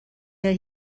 that